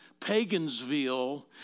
pagansville